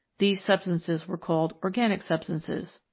these substances were called organic substances.